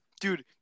dude